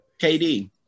KD